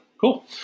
Cool